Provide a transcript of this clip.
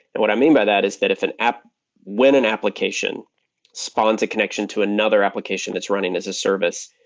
and what i mean by that is that if an app when an application spawns a connection to another application that's running as a service,